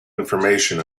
information